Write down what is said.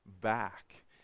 back